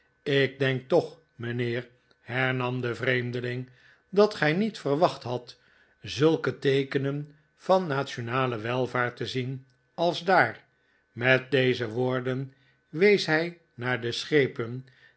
ik denk toch mijnheer hernam de vreemdeling dat gij niet verwacht hadt zulke teekenen van nationale welvaart te zien als daar met deze woorden wees hij naar de schepen